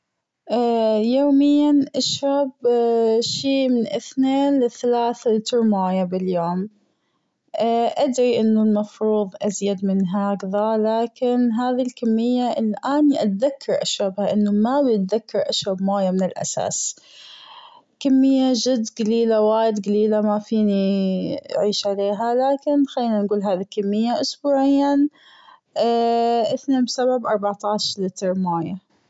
يوميا أشرب شي أثنين لثلاث لتر مويه باليوم أدري أنه المفروض أزيد من هكذا لكن هذي الكمية اللي أنا أتذكر أشربها لأني ما بتذكر أشرب مويه من الأساس كمية جد جليلة وايد جليلة مافيني عيش عليها لكن خلينا نقول هذي الكمية أسبوعيا أربعتاش لتر مويه.